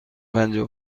پنجاه